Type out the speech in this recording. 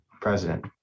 president